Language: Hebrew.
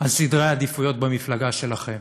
על סדרי העדיפויות במפלגה שלכם.